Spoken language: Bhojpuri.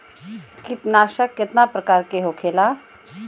कीटनाशक कितना प्रकार के होखेला?